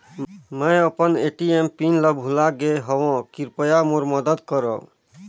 मैं अपन ATM PIN ल भुला गे हवों, कृपया मोर मदद करव